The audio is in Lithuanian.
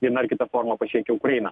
viena ar kita forma pasiekia ukrainą